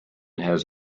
has